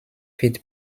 feed